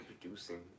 producing